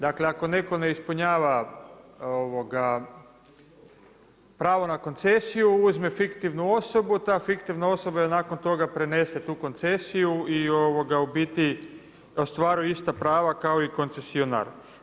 Dakle ako neko ne ispunjava pravo na koncesiju uzme fiktivnu osobu, ta fiktivna osoba nakon toga prenese tu koncesiju i ostvaruju ista prava kao i koncesionar.